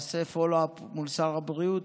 אעשה follow up מול שר הבריאות,